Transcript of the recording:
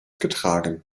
getragen